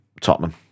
Tottenham